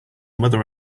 mother